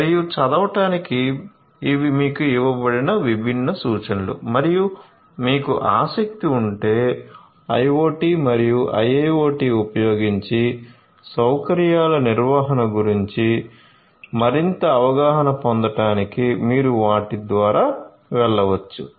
మరింత చదవడానికి ఇవి మీకు ఇవ్వబడిన విభిన్న సూచనలు మరియు మీకు ఆసక్తి ఉంటే IoT మరియు IIoT ఉపయోగించి సౌకర్యాల నిర్వహణ గురించి మరింత అవగాహన పొందడానికి మీరు వాటి ద్వారా వెళ్ళవచ్చు